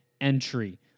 entry